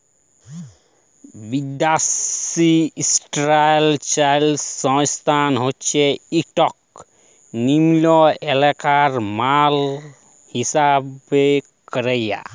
বিদ্যাসি ইস্ট্যাল্ডার্ডাইজেশল সংস্থা হছে ইকট লিয়লত্রলকারি মাল হিঁসাব ক্যরে